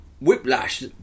Whiplash